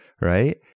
right